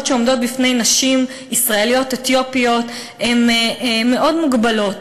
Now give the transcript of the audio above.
שעומדות בפני נשים ישראליות אתיופיות הן מאוד מוגבלות.